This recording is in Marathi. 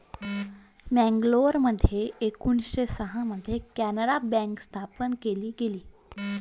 मंगलोरमध्ये एकोणीसशे सहा मध्ये कॅनारा बँक स्थापन केली गेली